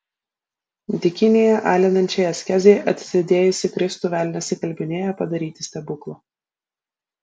dykynėje alinančiai askezei atsidėjusį kristų velnias įkalbinėja padaryti stebuklą